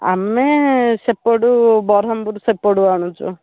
ଆମେ ସେପଟୁ ବ୍ରହ୍ମପୁର ସେପଟୁ ଆଣୁଛୁ